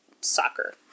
soccer